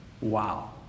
Wow